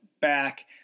back